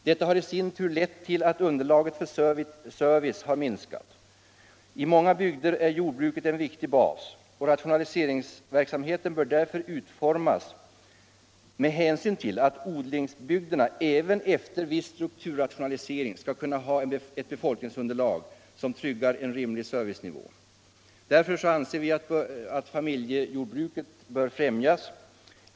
Detta har i sin tur lett till att underlaget för service minskat. I många bygder är jordbruket en viktig bas. Rationaliseringsverksamheten bör därför utformas med hänsyn till att odlingsbygderna, även efter viss strukturrationalisering, skall kunna ha ett befolkningsunderlag som tryggar en rimlig servicenivå. Därför bör familjejordbruket främjas.